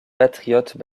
patriotes